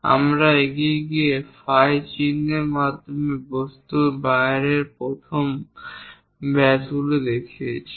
আমরা এগিয়ে গিয়ে phi চিহ্নের মাধ্যমে বস্তুর বাইরের প্রধান ব্যাসগুলি দেখিয়েছি